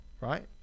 right